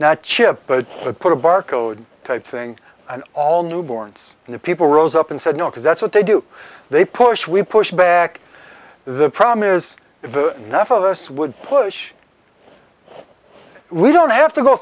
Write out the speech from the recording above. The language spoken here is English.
not chip but put a barcode type thing and all newborns in the people rose up and said no because that's what they do they push we push back the problem is if enough of us would push we don't have to go